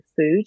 food